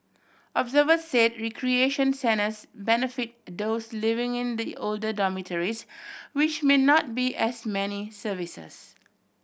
observers said recreation centres benefit those living in the older dormitories which may not be as many services